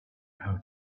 how